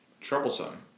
troublesome